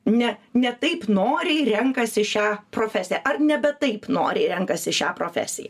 ne ne taip noriai renkasi šią profesiją ar nebe taip noriai renkasi šią profesiją